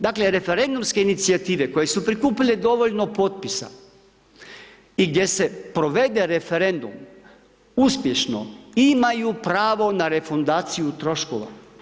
Dakle, referendumske inicijative koje su prikupile dovoljno potpisa i gdje se provede referendum uspješno, imaju pravo na refundaciju troškova.